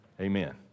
amen